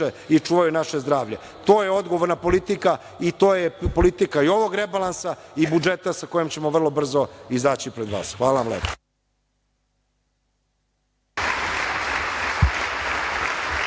i čuvaju naše zdravlje! To je odgovorna politika i to je politika i ovog rebalansa i budžeta, sa kojom ćemo vrlo brzo izaći pred vas. Hvala vam lepo.